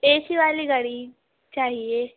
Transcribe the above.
اے C والی گاڑی چاہیے